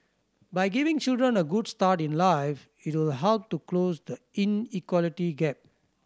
by giving children a good start in life it will help to close the inequality gap